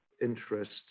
interest